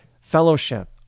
Fellowship